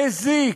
מזיק,